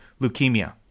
leukemia